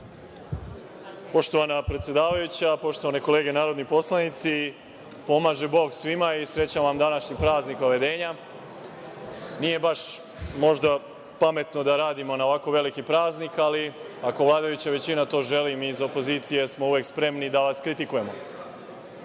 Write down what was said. Poštovana predsedavajuća, poštovane kolege narodni poslanici, pomaže Bog svima i srećan vam današnji praznik Vavedenja. Nije baš možda pametno da radimo na ovako veliki praznik, ali ako vladajuća većina to želi, mi iz opozicije smo uvek spremni da vas kritikujemo. Mislim